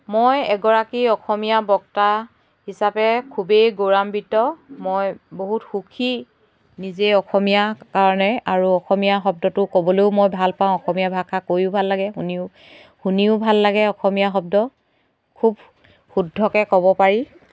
মই এগৰাকী অসমীয়া বক্তা হিচাপে খুবেই গৌৰৱান্বিত মই বহুত সুখী নিজে অসমীয়া কাৰণে আৰু অসমীয়া শব্দটো ক'বলৈও মই ভাল পাওঁ অসমীয়া ভাষা কৈও ভাল লাগে শুনিও শুনিও ভাল লাগে অসমীয়া শব্দ খুব শুদ্ধকৈ ক'ব পাৰি